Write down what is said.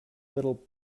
little